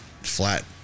Flat